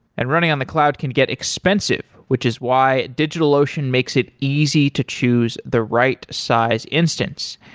and running on the cloud can get expensive, which is why digitalocean makes it easy to choose the right size instance.